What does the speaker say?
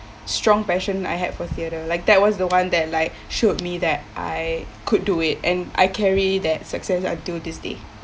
strong passion I had for theatre like that was the one that like showed me that I could do it and I carry that success until this day